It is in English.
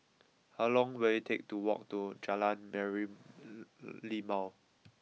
how long will it take to walk to Jalan